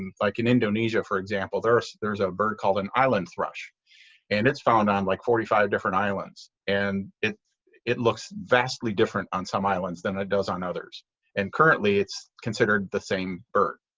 and like in indonesia, for example, there's a ah bird called an island thrush and it's found on like forty five different islands. and it it looks vastly different on some islands than it does on others and currently it's considered the same bird.